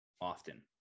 often